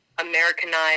Americanized